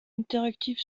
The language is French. interactive